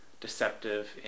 deceptive